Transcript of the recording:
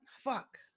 Fuck